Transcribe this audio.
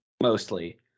mostly